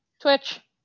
twitch